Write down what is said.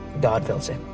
god wills it.